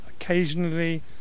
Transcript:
Occasionally